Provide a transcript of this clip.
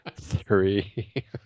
three